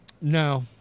No